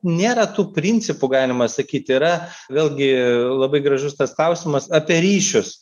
nėra tų principų galima sakyt yra vėlgi labai gražus tas klausimas apie ryšius